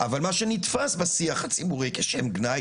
אבל מה שנתפס בשיח הציבורי כשם גנאי